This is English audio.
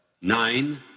Nine